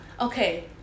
Okay